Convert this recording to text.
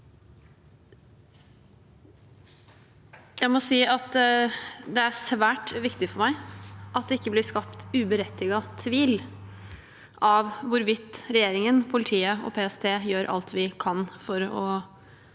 det er svært viktig for meg at det ikke blir skapt uberettiget tvil om hvorvidt regjeringen, politiet og PST gjør alt vi kan for å